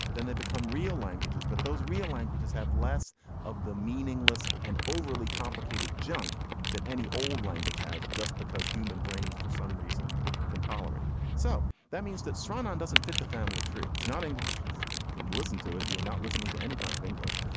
then they become real languages. but those real languages have less of the meaningless and overly complicated junk that any old language has just because human brains for some reason can tolerate it. so that means that straughn on doesn't fit the family tree. it's not english. you can listen to it. you are not listening to any kind of english.